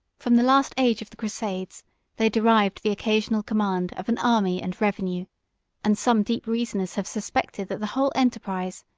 from the last age of the crusades they derived the occasional command of an army and revenue and some deep reasoners have suspected that the whole enterprise,